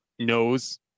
knows